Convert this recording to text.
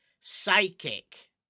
psychic